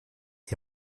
die